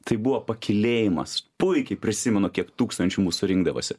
tai buvo pakylėjimas puikiai prisimenu kiek tūkstančių mūsų rinkdavosi